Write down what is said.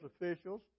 officials